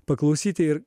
paklausyti ir